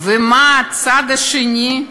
ומה הצד השני?